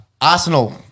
Arsenal